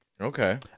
Okay